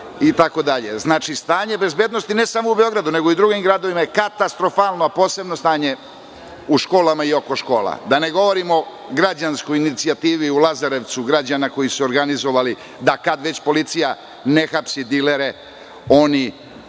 itd. Znači, stanje bezbednosti, ne samo u Beogradu, nego i u drugim gradovima je katastrofalno, a posebno stanje u školama i oko škola. Da ne govorimo o građanskoj inicijativi u Lazarevcu, građana koji su organizovali da kada već policija ne hapsi dilere, oni